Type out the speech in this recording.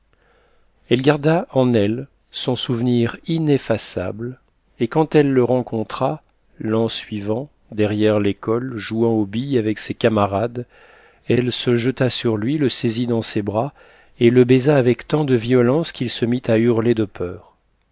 elle garda en elle son souvenir ineffaçable et quand elle le rencontra l'an suivant derrière l'école jouant aux billes avec ses camarades elle se jeta sur lui le saisit dans ses bras et le baisa avec tant de violence qu'il se mit à hurler de peur